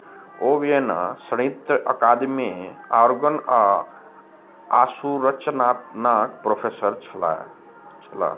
ओ Vienna सङ्गीत्र अकादमी organ आ आशुरचनाक प्रोफेसर छलाह छलाह